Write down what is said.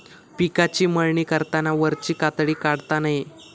पिकाची मळणी करताना वरची कातडी काढता नये